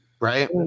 right